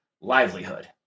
livelihood